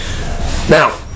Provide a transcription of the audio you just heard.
now